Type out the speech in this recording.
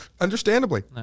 Understandably